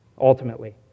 ultimately